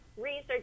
research